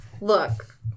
look